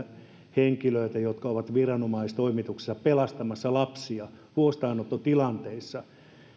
henkilöitä jotka ovat viranomaistoimituksessa pelastamassa lapsia huostaanottotilanteissa